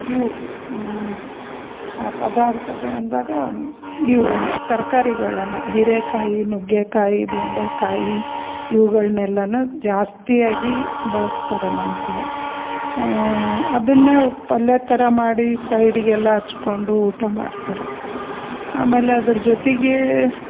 ಇವು ಪದಾರ್ಥಗಳು ಅಂದಾಗ ಇವು ತರಕಾರಿಗಳನ್ನ ಹೀರೆಕಾಯಿ ನುಗ್ಗೆಕಾಯಿ ಬೆಂಡೆಕಾಯಿ ಇವುಗಳ್ನೆಲ್ಲನು ಜಾಸ್ತಿಯಾಗಿ ಬಳ್ಸ್ತಾರೆ ನಮ್ಮ ಕಡೆ ಅದನ್ನು ಪಲ್ಯ ಥರ ಮಾಡಿ ಸೈಡಿಗೆಲ್ಲ ಹಚ್ಕೊಂಡು ಊಟ ಮಾಡ್ತಾರೆ ಆಮೇಲೆ ಅದ್ರ ಜೊತೆಗೆ